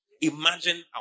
Imagine